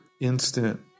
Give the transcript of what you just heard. instant